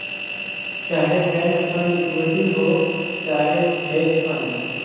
चाहे bond fund equity हौ चाहे हेज फ़ंड